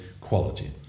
quality